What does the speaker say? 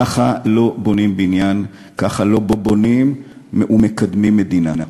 ככה לא בונים בניין, ככה לא בונים ומקדמים מדינה.